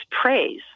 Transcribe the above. praise